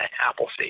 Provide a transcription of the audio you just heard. Appleseed